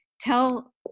tell